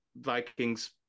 Vikings